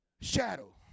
shadow